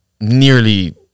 nearly